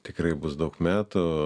tikrai bus daug metų